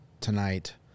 tonight